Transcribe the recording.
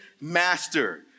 master